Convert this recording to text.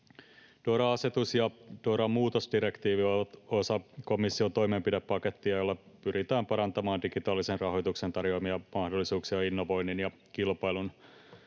DORA-asetus ja DORA-muutosdirektiivi ovat osa komission toimenpidepakettia, jolla pyritään parantamaan digitaalisen rahoituksen tarjoamia mahdollisuuksia innovoinnin ja kilpailun